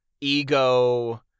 ego